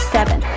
Seven